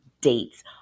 dates